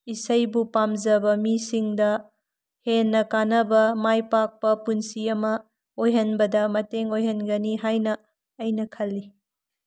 ꯏꯁꯩꯕꯨ ꯄꯥꯝꯖꯕ ꯃꯤꯁꯤꯡꯗ ꯍꯦꯟꯅ ꯀꯥꯟꯅꯕ ꯃꯥꯏ ꯄꯥꯛꯄ ꯄꯨꯟꯁꯤ ꯑꯃ ꯑꯣꯏꯍꯟꯕꯗ ꯃꯇꯦꯡ ꯑꯣꯏꯍꯟꯒꯅꯤ ꯍꯥꯏꯅ ꯑꯩꯅ ꯈꯜꯂꯤ